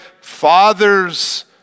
father's